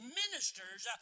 ministers